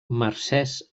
mercès